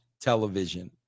television